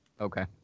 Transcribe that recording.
Okay